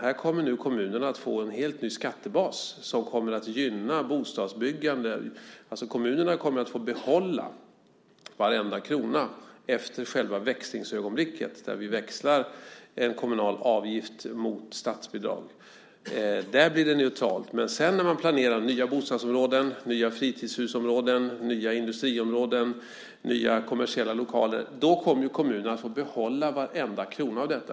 Här kommer kommunerna att få en helt ny skattebas som kommer att gynna bostadsbyggande. Kommunerna kommer att få behålla varenda krona efter själva växlingsögonblicket, det vill säga där vi växlar en kommunal avgift mot statsbidrag. Där blir det neutralt. Vid planeringen av nya bostadsområden, nya fritidshusområden, nya industriområden och nya kommersiella lokaler kommer kommunerna att få behålla varenda krona av detta.